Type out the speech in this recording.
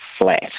flat